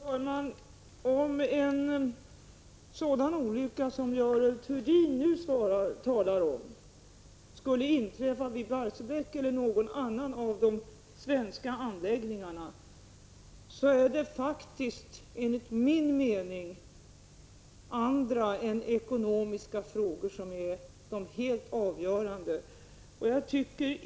Fru talman! Om en sådan olycka som Görel Thurdin nu talar om skulle inträffa, vid Barsebäck eller någon annan av de svenska anläggningarna, så är det faktiskt enligt min mening andra än ekonomiska frågor som är de helt avgörande.